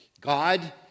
God